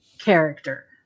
character